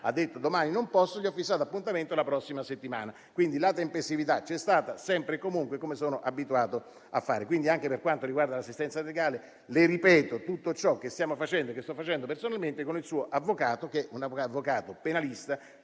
ha detto che domani non può e gli ho fissato un appuntamento la prossima settimana. Quindi la tempestività c'è stata, comunque, e come sono sempre abituato a fare. Anche per quanto riguarda l'assistenza legale, le ripeto tutto ciò che stiamo facendo e che sto facendo personalmente con il suo avvocato, che è un penalista